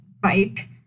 bike